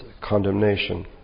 condemnation